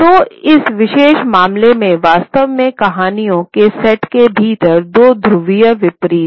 तो इस विशेष मामले में वास्तव में कहानियों के सेट के भीतर दो ध्रुवीय विपरीत हैं